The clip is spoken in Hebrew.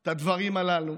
את הדברים הללו